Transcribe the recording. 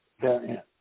therein